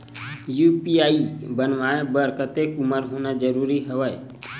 UPI बनवाय बर कतेक उमर होना जरूरी हवय?